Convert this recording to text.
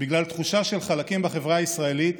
בגלל תחושה של חלקים בחברה הישראלית